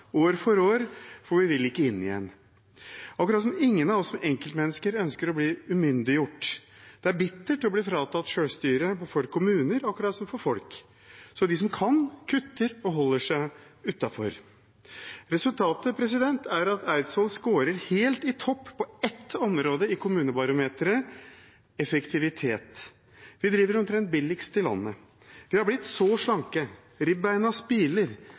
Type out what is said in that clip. år for år, for vi vil ikke inn igjen – akkurat som ingen av oss som enkeltmennesker ønsker å bli umyndiggjort. Det er bittert å bli fratatt sjølstyret for kommuner, akkurat som for folk, så de som kan, kutter og holder seg utenfor. Resultatet er at Eidsvoll scorer helt i topp på ett område i Kommunebarometeret: effektivitet. Vi driver omtrent billigst i landet. Vi har blitt så slanke. Ribbeina spiler.